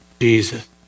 Jesus